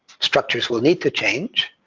structures will need to change,